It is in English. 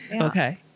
okay